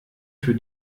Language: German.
für